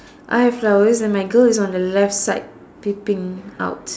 I have flowers and my girl is on the left side peeping out